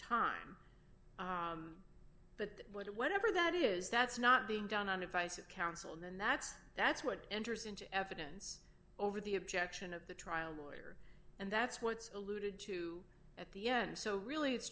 time but that what it whatever that is that's not being done on advice of counsel and that's that's what enters into evidence over the objection of the trial lawyer and that's what's alluded to at the end so really it's